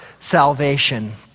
salvation